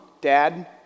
dad